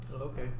Okay